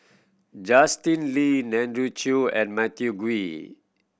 Justin Lean Andrew Chew and Matthew Ngui